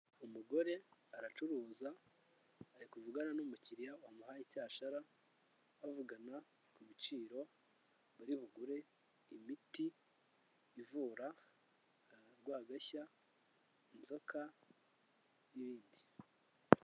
Umugore aracuruza ari kuvugana n'umukiriya wamuhaye icyashara; bavugana ku biciro buri bugure imiti ivura urwagashya, inzoka n'ibindi.